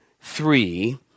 three